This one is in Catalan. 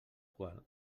qual